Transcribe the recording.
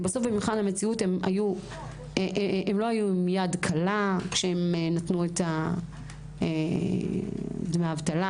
כי בסוף במבחן המציאות הם לא היו עם יד קלה כשהם נתנו דמי אבטלה.